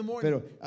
pero